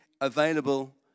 available